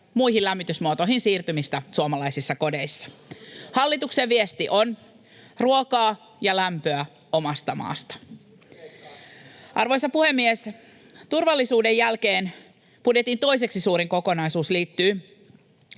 muihin lämmitysmuotoihin siirtymistä suomalaisissa kodeissa. Hallituksen viesti on: ruokaa ja lämpöä omasta maasta. [Mika Niikko: Kreikkaan asti!] Arvoisa puhemies! Turvallisuuden jälkeen budjetin toiseksi suurin kokonaisuus liittyy